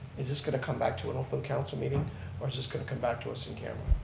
is this going to come back to an open council meeting or is this going to come back to us in camera?